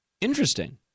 Interesting